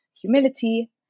humility